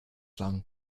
lang